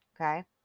okay